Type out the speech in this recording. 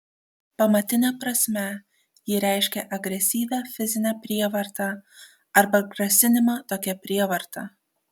pamatine prasme ji reiškia agresyvią fizinę prievartą arba grasinimą tokia prievarta